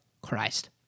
Christ